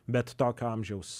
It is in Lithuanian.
bet tokio amžiaus